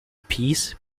peas